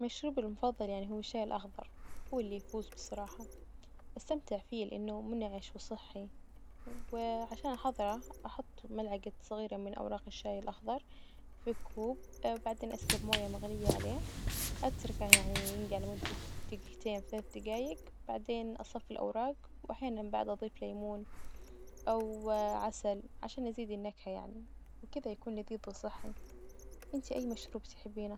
مشروبي المفظل يعني هو الشاي الأخظر هو اللي يفوز بصراحة، أستمتع فيه لإنه منعش وصحي، وعشان أحظره أحط ملعجة صغيرة من أوراق الشاي الأخضر في كوب، وبعدين أسكب موية مغلية عليه، أتركه يعني ينجع لمدة دجيجتين ثلاث دجايق، بعدين أصفي الأوراج، وأحيانا بعد أضيف ليمون أو عسل عشان أزيد النكهة يعني، وكذا يكون لذيذ وصحي، إنتي أي مشروب تحبينه?